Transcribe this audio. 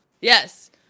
Yes